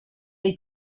dei